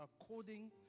according